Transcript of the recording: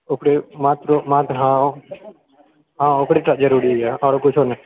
ओकरे मात्र मात्र हँ हँ ओकरेटा जरुरी यऽ आओर कुछो नहि